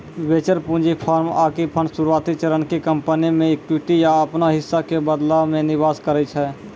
venture पूंजी firm आकि fund शुरुआती चरण के कंपनी मे इक्विटी या अपनो हिस्सा के बदला मे निवेश करै छै